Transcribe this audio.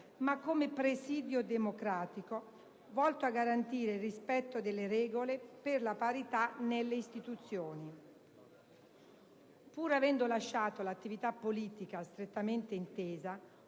ma come presidio democratico volto a garantire il rispetto delle regole per la parità nelle istituzioni. Pur avendo lasciato l'attività politica, strettamente intesa,